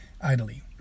idly